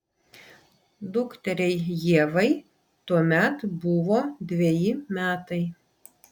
dukteriai ievai tuomet buvo dveji metai